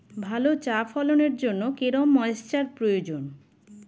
ভালো চা ফলনের জন্য কেরম ময়স্চার প্রয়োজন?